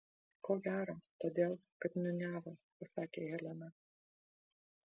ko gero todėl kad niūniavo pasakė helena